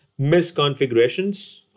Misconfigurations